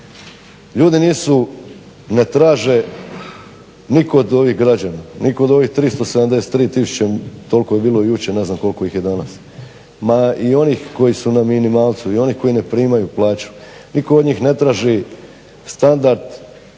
Ljudi nisu, ne traže nitko od ovih građana, nitko od ovih 373 tisuće, toliko je bilo jučer ne znam koliko ih je danas, ma i onih koji su na minimalcu, i onih koji ne primaju plaću nitko od njih ne traži standard